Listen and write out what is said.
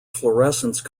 fluorescence